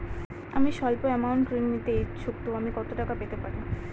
আমি সল্প আমৌন্ট ঋণ নিতে ইচ্ছুক তো আমি কত টাকা পেতে পারি?